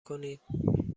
کنید